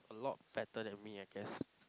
a lot better than me I guess